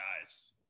guys